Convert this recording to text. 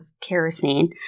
kerosene